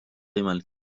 võimalik